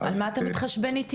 --- על מה אתה מתחשבן איתי?